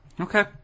Okay